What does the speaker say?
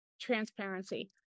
transparency